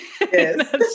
Yes